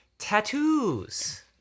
tattoos